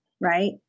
right